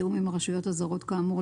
בתיאום עם הרשויות הזרות כאמור,